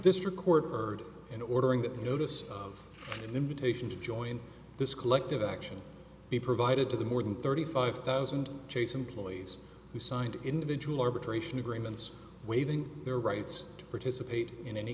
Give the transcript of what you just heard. this record heard in ordering that the notice of invitation to join this collective action be provided to the more than thirty five thousand chase employees who signed individual arbitration agreements waving their rights to participate in any